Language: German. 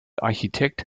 architekt